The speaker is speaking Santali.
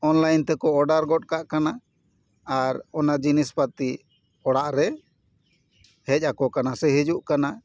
ᱚᱱᱞᱟᱭᱤᱱ ᱛᱮᱠᱚ ᱚᱰᱟᱨ ᱜᱚᱫ ᱠᱟᱜ ᱠᱟᱱᱟ ᱟᱨ ᱚᱱᱟ ᱡᱤᱱᱤᱥ ᱯᱟᱛᱤ ᱚᱲᱟᱜ ᱨᱮ ᱦᱮᱡ ᱟᱠᱚ ᱠᱟᱱᱟ ᱥᱮ ᱦᱤᱡᱩᱜ ᱠᱟᱱᱟ